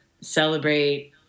celebrate